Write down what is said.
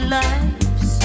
lives